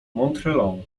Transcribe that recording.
montherlant